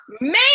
Man